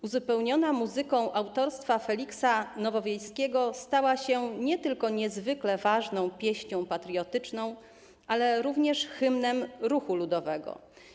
Uzupełniona muzyką autorstwa Feliksa Nowowiejskiego stała się nie tylko niezwykle ważną pieśnią patriotyczną, ale również hymnem ruchu ludowego.